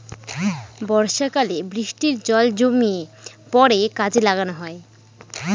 বর্ষাকালে বৃষ্টির জল জমিয়ে পরে কাজে লাগানো হয়